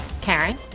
Karen